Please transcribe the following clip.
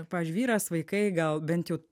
pavyzdžiui vyras vaikai gal bent jau